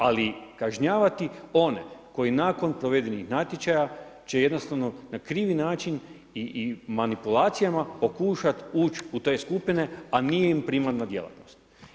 Ali kažnjavati one koji nakon provedenih natječaja će jednostavno na krivi način i manipulacijama pokušati ući u te skupine, a nije im primarna djelatnost.